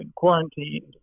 quarantined